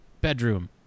bedroom